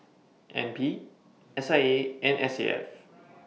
N P S I A and S A F